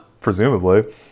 Presumably